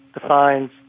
defines